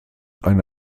eine